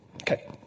Okay